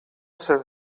sant